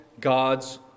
God's